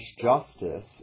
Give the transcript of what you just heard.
justice